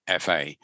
FA